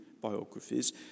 biographies